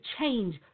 change